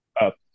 up